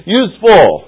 useful